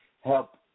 help